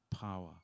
power